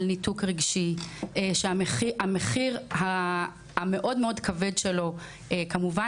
על ניתוק רגשי שהמחיר המאוד כבד שלו כמובן